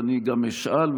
שאני גם אשאל,